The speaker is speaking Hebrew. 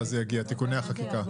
יגיעו תיקוני החקיקה?